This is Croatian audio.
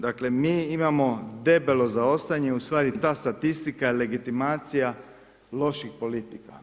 Dakle, mi imamo debelo zaostajanje ustvari ta statistika je legitimacija loših politika.